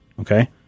Okay